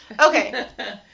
okay